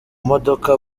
modoka